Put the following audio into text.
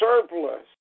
surplus